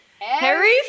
Harry